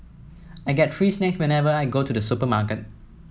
I get free snacks whenever I go to the supermarket